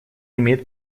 имеет